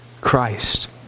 Christ